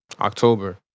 October